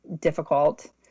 difficult